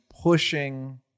pushing